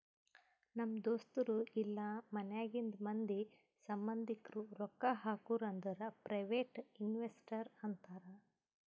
ನಮ್ ದೋಸ್ತರು ಇಲ್ಲಾ ಮನ್ಯಾಗಿಂದ್ ಮಂದಿ, ಸಂಭಂದಿಕ್ರು ರೊಕ್ಕಾ ಹಾಕುರ್ ಅಂದುರ್ ಪ್ರೈವೇಟ್ ಇನ್ವೆಸ್ಟರ್ ಅಂತಾರ್